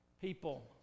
people